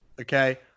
Okay